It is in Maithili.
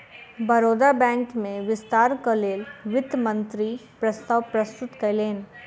बड़ौदा बैंक में विस्तारक लेल वित्त मंत्री प्रस्ताव प्रस्तुत कयलैन